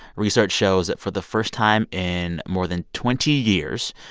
research shows that for the first time in more than twenty years,